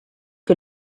que